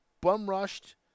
bum-rushed